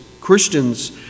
Christians